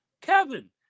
Kevin